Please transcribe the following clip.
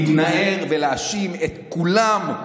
היכולת שלכם להתנער ולהאשים את כולם,